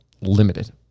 limited